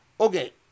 Okay